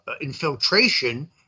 infiltration